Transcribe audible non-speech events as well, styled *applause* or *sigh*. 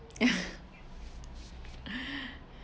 *laughs*